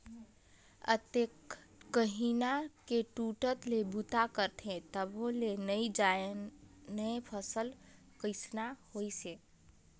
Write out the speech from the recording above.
अतेक कनिहा के टूटट ले बूता करथे तभो ले नइ जानय फसल कइसना होइस है